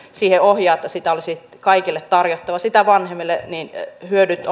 siihen ohjaa että sitä olisi kaikille tarjottava sitä vanhemmille hyödyt